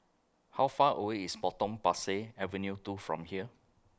How Far away IS Potong Pasir Avenue two from here